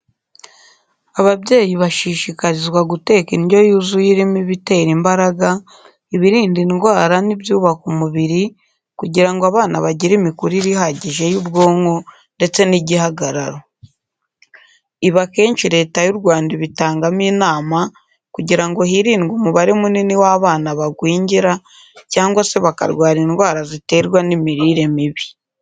Ababyeyi bashishikarizwa guteka indyo yuzuye irimo ibitera imbaraga, ibirinda indwara n'ibyubaka umubiri kugira ngo abana bagire imikurire ihagije y'ubwonko ndetse n'igihagararo. Ibi akenshi Leta y'u Rwanda ibitangamo inama kugira ngo hirindwe umubare munini w'abana bagwingira cyangwa se bakarwara indwara ziterwa n'imirire mibi.